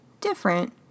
different